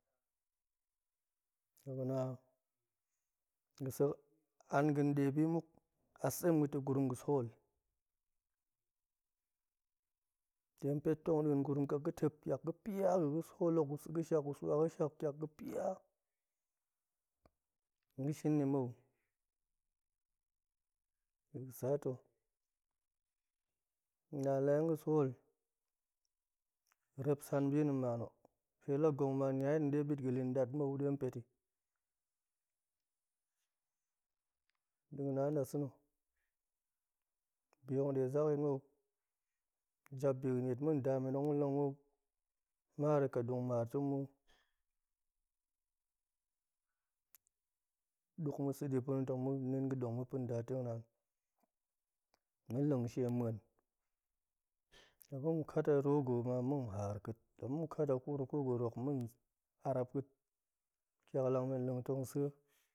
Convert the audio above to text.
Toh ga̱na, ga̱sek an ga̱n nɗe bimuk, ase nita̱ gurum ga̱ sool, de npet tong nḏiin gurum ƙek ma̱ tep, ḵiak ga̱ pia ga̱ ga̱ sool hok gu sa̱ ga̱sak, gu swa ga̱shak, ƙiak ga̱ pia tong ga̱ shin ni mou, bi ga̱ sa ta̱, na la hen ga̱ sool, rep san bi na̱ nman o, pe la gong ma, nian yit na̱ ne ɓit ga̱ lin i ɗat mou ɗe hen pet i, ga̱na nnasa̱na̱ bihok nɗe zakyit mou. japbi ga̱ niet ma̱n ndamen tong ma̱ leng i maar i ḵa ɗung maar tong ma̱, ɗuk ma̱ sa̱ ɗi pa̱na̱, tong ma̱ nin ga̱ɗong ma̱pa̱ nda tengnaan, ma̱n leng ga̱she ma̱en, laba̱ ma̱ kat a rogo ma ma̱n haar ƙeet, laba̱ ma̱ kat a kuruku ga̱ rok ma̱n arap ƙeet, ƙiaklang men leng teng sa̱e.